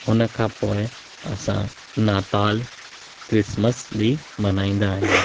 हुन खां पोइ असां नाताल क्रिसमस बि मल्हाईंदा आहियूं